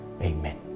Amen